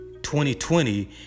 2020